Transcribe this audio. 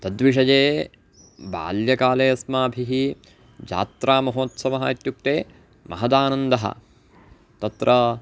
तद्विषये बाल्यकाले अस्माभिः जात्रामहोत्सवः इत्युक्ते महदानन्दः तत्र